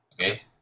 okay